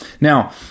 Now